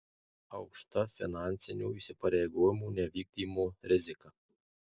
aukšta finansinių įsipareigojimų nevykdymo rizika